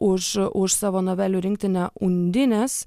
už už savo novelių rinktinę undinės